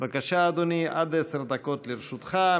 בבקשה, אדוני, עד עשר דקות לרשותך.